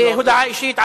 כהודעה אישית,